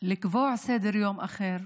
לקבוע סדר-יום אחר.